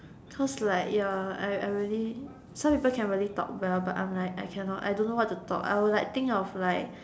cause like ya I I really some people can really talk well but I'm like I cannot I don't know what to talk I will like think of like